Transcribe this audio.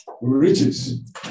Riches